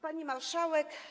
Pani Marszałek!